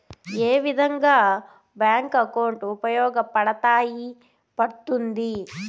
ఏ విధంగా bank account ఉపయోగపడతాయి పడ్తుంది